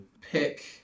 pick